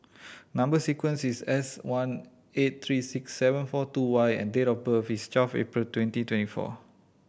number sequence is S one eight three six seven four two Y and date of birth is twelve April twenty twenty four